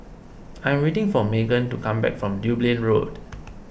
I am waiting for Meghan to come back from Dublin Road